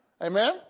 Amen